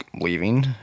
leaving